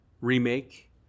remake